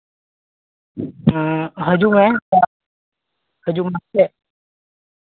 ᱦᱟᱹᱡᱩᱜ ᱢᱮ ᱦᱟᱹᱡᱩᱜ ᱢᱮ